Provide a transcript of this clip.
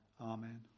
Amen